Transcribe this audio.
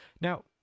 Now